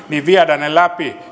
viedä ne läpi